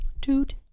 Toot